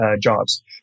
jobs